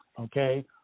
okay